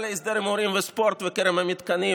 המועצה להסדר ההימורים בספורט וקרן המתקנים,